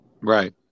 Right